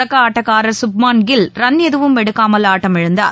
தொடக்கஆட்டக்காரர் Shubman Gill run எதுவும் எடுக்காமல் ஆட்டம் இழந்தார்